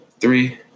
three